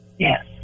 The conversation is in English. Yes